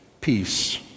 peace